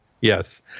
Yes